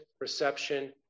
reception